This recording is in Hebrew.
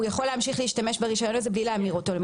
הוא יכול להמשיך להשתמש ברישיון הזה בלי להמיר אותו למרשם.